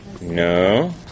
No